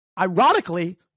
ironically